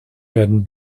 werden